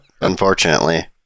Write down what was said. unfortunately